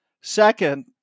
Second